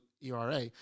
ERA